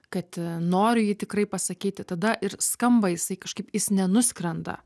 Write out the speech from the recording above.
kad noriu jį tikrai pasakyti tada ir skamba jisai kažkaip jis nenuskrenda